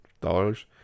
dollars